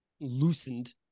loosened